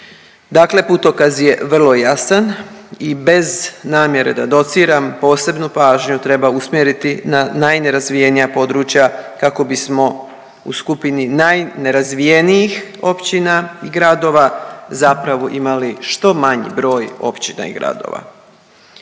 Dakle putokaz je vrlo jasan i bez namjere da dociram, posebnu pažnju treba usmjeriti na najnerazvijenija područja kako bismo u skupini najnerazvijenijih općina i gradova zapravo imali što manji broj općina i gradova.